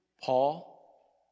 Paul